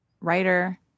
writer